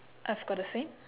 I've got the same